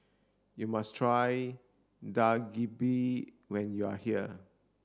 you must try Dak Galbi when you are here